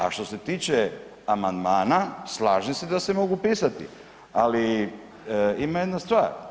A što se tiče amandmana slažem se da se mogu pisati, ali ima jedna stvar.